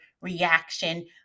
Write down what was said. reaction